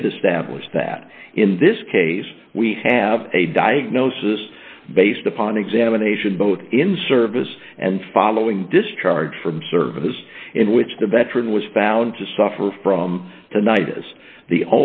did establish that in this case we have a diagnosis based upon examination both in service and following discharge from service in which the veteran was found to suffer from tonight as the